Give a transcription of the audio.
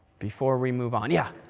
before we move on? yeah?